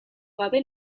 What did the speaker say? gabe